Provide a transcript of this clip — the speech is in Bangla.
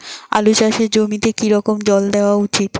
আলু চাষের জমিতে কি রকম জল দেওয়া উচিৎ?